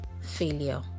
failure